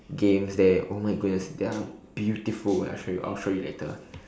games there oh my goodness they are beautiful wait I show you I'll show you later